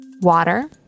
Water